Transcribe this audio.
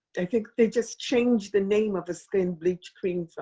i think they just change the name of the skin bleach cream